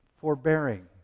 Forbearing